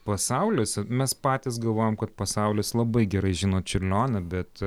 pasauliuose mes patys galvojam kad pasaulis labai gerai žino čiurlionį bet